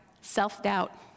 Self-doubt